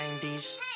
90s